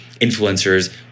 influencers